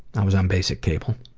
i was on basic cable.